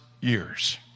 years